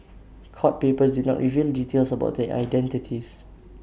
court papers did not reveal details about their identities